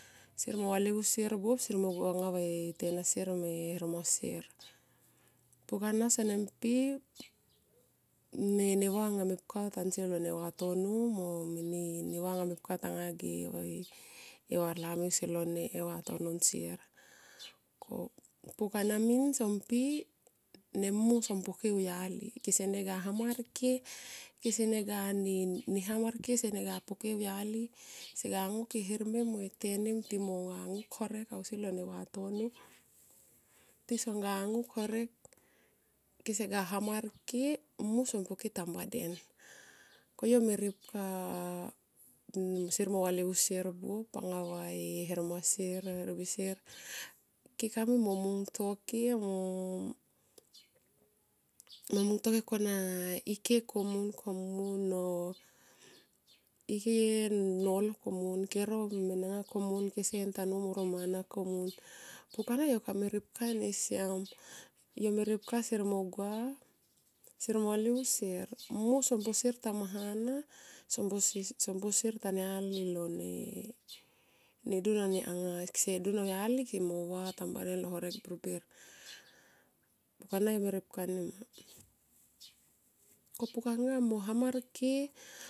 Sier mo valuvu sier buop sier mo go angava e tenasier me hermasier. Pukana sene mpi. Neva nga mepka tansi lo ne vatano mo nava nga mepka tanga ge e var lami si lone vatono niser. Pukana min sompi ne mmu som poke auyali. Ksenega hamarke kesene gane hamarke ne ga poke auyali e her mbike mo tenim timo ganguk horek ausi lo vatono tisong ga nguk horek. Kese ga hamarke mmu som po ke tambaden. Ko yo me ripka sier mo valivu sier buop anga va e her masier or her bisie. Kema ka mui mo mungtoke kona ike komun komun o ike nolo komun kero menenga komun kese tanun mo ro mana komun. Pukana yo kame ripkani siam. Yo me ripka sier mo gua sier mo valivu sier mmu son te sier tama hand so posier taniala lo ne dun anga kese dun auyali kemo va tabaden lo horek birbir. Pukana yo me ripka ni ma. Ko pukanga mo hamar ke